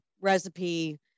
Recipe